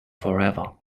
forever